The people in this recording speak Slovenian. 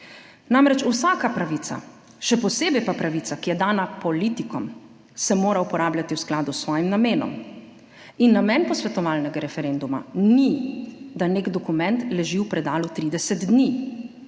Namreč, vsaka pravica, še posebej pa pravica, ki je dana politikom, se mora uporabljati v skladu s svojim namenom. Namen posvetovalnega referenduma ni, da nek dokument leži v predalu 30 dni,